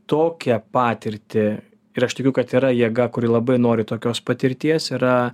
tokią patirtį ir aš tikiu kad yra jėga kuri labai nori tokios patirties yra